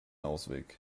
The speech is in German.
ausweg